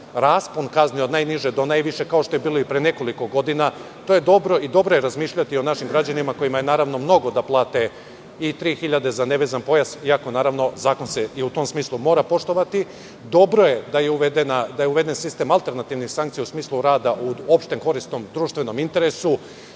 raspon kazni od najniže do najviše, kao što je bilo i pre nekoliko godina. To je dobro i dobro je razmišljati o našim građanima kojima je mnogo da plate i 3.000 za nevezan pojas, iako se zakon i u tom smislu mora poštovati. Dobro je da je uveden sistem alternativnih sankcija u smislu rada u opštem korisnom društvenom interesu.